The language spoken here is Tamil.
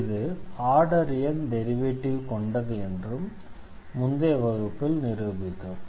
இது ஆர்டர் n டெரிவேட்டிவ் கொண்டது என்றும் முந்தைய வகுப்பில் நிரூபித்தோம்